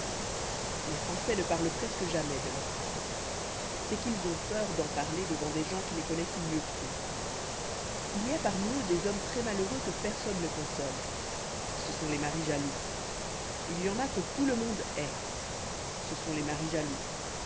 les françois ne parlent presque jamais de leurs femmes c'est qu'ils ont peur d'en parler devant des gens qui les connoissent mieux qu'eux il y a parmi eux des hommes très-malheureux que personne ne console ce sont les maris jaloux il y en a que tout le monde hait ce sont les maris jaloux